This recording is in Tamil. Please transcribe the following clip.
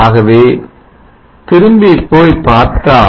ஆகவே திரும்பி போய் பார்த்தால்